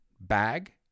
bag